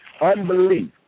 Unbelief